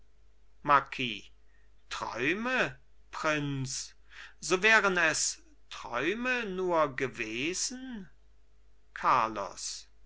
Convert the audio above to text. marquis träume prinz so wären es träume nur gewesen carlos